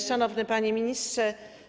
Szanowny Panie Ministrze!